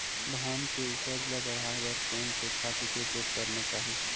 धान के उपज ल बढ़ाये बर कोन से खातु के उपयोग करना चाही?